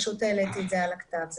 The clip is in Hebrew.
פשוט העליתי את זה על הכתב.